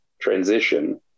transition